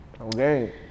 okay